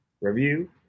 review